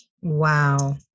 Wow